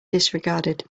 disregarded